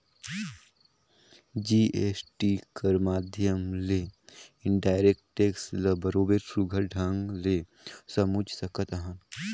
GST कर माध्यम ले इनडायरेक्ट टेक्स ल बरोबेर सुग्घर ढंग ले समुझ सकत अहन